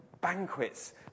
banquets